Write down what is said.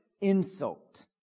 insult